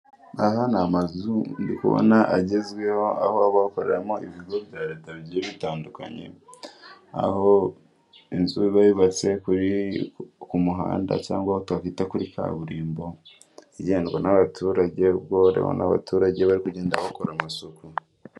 Aha ni amazu ndibona agezweho aho bakoreramo ibigo bya leta bigiye bitandukanye, aho inzu yubatse ku muhanda cyangwa twakwita kuri kaburimbo igendwa n'abaturage ubwo ho hariho n'abaturage bari kugenda bakora amasuku.